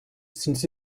since